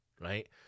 right